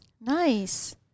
nice